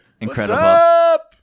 Incredible